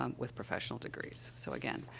um with professional degrees. so, again,